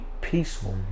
peaceful